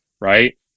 right